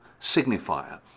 signifier